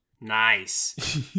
nice